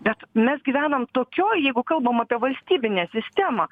bet mes gyvenam tokioj jeigu kalbam apie valstybinę sistemą